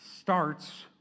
starts